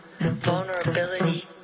vulnerability